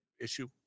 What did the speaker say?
issue